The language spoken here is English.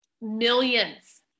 millions